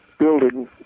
building